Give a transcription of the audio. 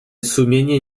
sumienie